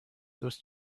those